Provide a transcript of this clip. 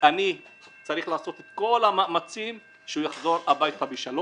ואני אעשה את כל המאמצים שהוא יחזור הביתה בשלום.